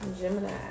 Gemini